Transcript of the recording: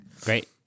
Great